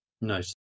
Nice